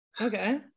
Okay